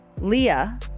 Leah